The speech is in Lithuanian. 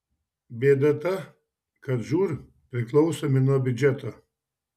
bėda ta kad žūr priklausomi nuo biudžeto